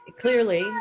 clearly